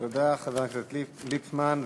תודה, חבר הכנסת ליפמן.